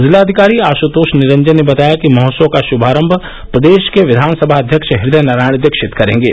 जिलाधिकारी आशुतोष निरंजन ने बताया कि महोत्सव का शुभारम्भ प्रदेश के विधानसभा अध्यक्ष हृदय नारायण दीक्षित करेंगे